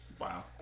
Wow